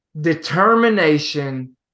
determination